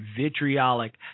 vitriolic